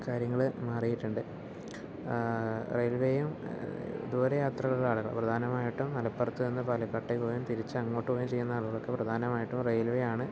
കാര്യങ്ങൾ മാറിയിട്ടുണ്ട് റെയിൽവേയും ദൂരെ യാത്രകളിലാണ് പ്രധാനമായിട്ടും മലപ്പുറത്ത് നിന്ന് പാലക്കാട്ടേയ്ക്ക് പോകുകയും തിരിച്ച് അങ്ങോട്ട് പൊകുകയും ചെയ്യുന്ന ആളുകൾക്ക് പ്രധാനമായിട്ടും റെയിൽവേ ആണ്